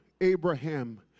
Abraham